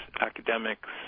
academics